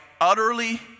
utterly